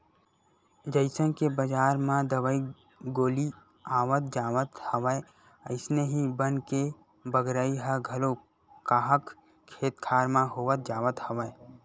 जइसन के बजार म दवई गोली आवत जावत हवय अइसने ही बन के बगरई ह घलो काहक खेत खार म होवत जावत हवय